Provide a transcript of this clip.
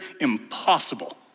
impossible